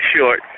short